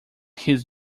his